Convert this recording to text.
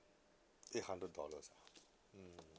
eight hundred dollars mm